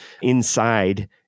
inside